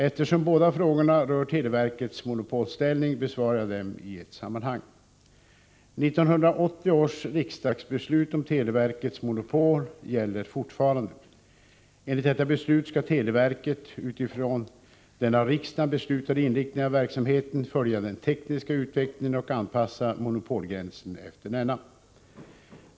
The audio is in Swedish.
Eftersom båda frågorna rör televerkets monopolställning besvarar jag dem i ett sammanhang. 1980 års riksdagsbeslut om televerkets monopol gäller fortfarande. Enligt detta beslut skall televerket — utifrån den av riksdagen beslutade inriktningen av verksamheten — följa den tekniska utvecklingen och anpassa monopolgränsen efter denna.